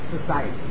society